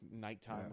nighttime